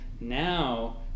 now